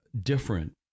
different